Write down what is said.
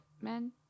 men